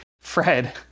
Fred